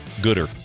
gooder